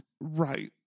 Right